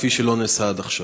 כפי שלא נעשה עד עכשיו?